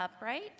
upright